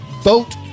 Vote